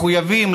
מחויבים,